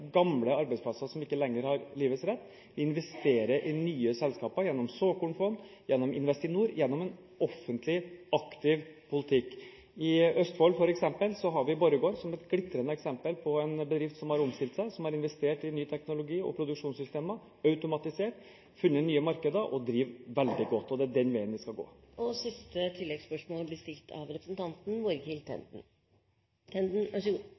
gamle arbeidsplasser som ikke lenger har livets rett. Vi investerer i nye selskaper gjennom såkornfond, gjennom Investinor og gjennom en offentlig, aktiv politikk. I f.eks. Østfold har vi Borregaard som et glitrende eksempel på en bedrift som har omstilt seg, som har investert i ny teknologi og i produksjonssystemer, som har automatisert, som har funnet nye markeder – og som driver veldig godt. Det er den veien vi skal gå.